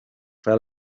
fel